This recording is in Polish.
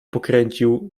pokręcił